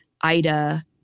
Ida